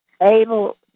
able